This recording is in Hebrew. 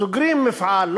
סוגרים מפעל,